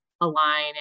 align